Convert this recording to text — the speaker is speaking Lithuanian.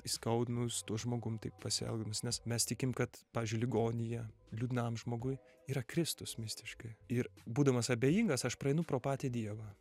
įskaudinau su tuo žmogum taip pasielgdamas nes mes tikim kad pavyzdžiui ligonyje liūdnam žmogui yra kristus mistiškai ir būdamas abejingas aš praeinu pro patį dievą